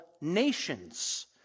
nations